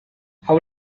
how